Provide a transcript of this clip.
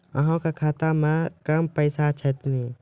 अहाँ के खाता मे कम पैसा छथिन?